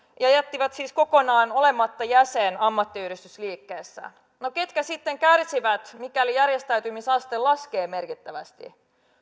ja jättivät siis kokonaan olematta jäsen ammattiyhdistysliikkeessä no ketkä sitten kärsivät mikäli järjestäytymisaste laskee merkittävästi